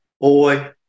boy